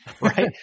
right